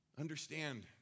Understand